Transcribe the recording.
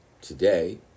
today